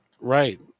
Right